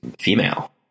female